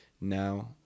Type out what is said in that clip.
now